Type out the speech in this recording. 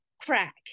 crack